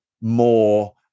more